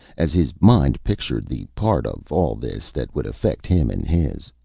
as his mind pictured the part of all this that would affect him and his.